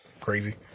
crazy